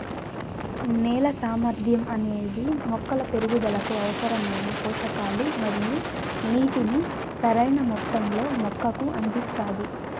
నేల సామర్థ్యం అనేది మొక్కల పెరుగుదలకు అవసరమైన పోషకాలు మరియు నీటిని సరైణ మొత్తంలో మొక్కకు అందిస్తాది